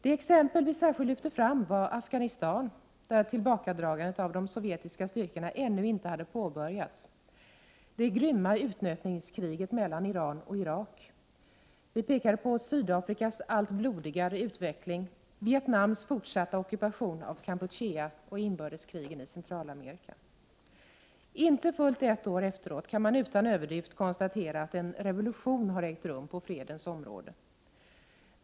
De exempel som vi särskilt lyfte fram var Afghanistan, där tillbakadragandet av de sovjetiska styrkorna ännu inte hade påbörjats, det grymma utnötningskriget mellan Iran och Irak, Sydafrikas allt blodigare utveckling, Vietnams fortsatta ockupation av Kampuchea samt inbördeskrigen i Centralamerika. Inte fullt ett år efteråt kan man utan överdrift konstatera att en revolution har ägt rum på fredens område.